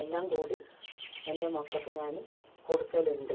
എല്ലാം കൂടി എൻ്റെ മക്കൾക്ക് ഞാൻ കൊടുക്കലുണ്ട്